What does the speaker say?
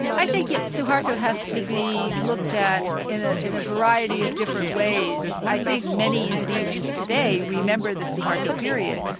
i think that yeah suharto has to be looked at in ah in a variety of different ways. i think many indonesians today remember the suharto period,